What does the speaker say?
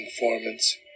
informants